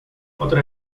otra